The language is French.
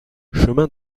chemin